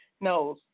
knows